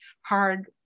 hard